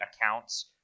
accounts